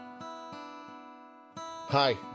hi